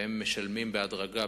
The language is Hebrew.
והן משלמות בהדרגה,